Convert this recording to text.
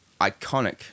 iconic